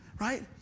right